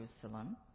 Jerusalem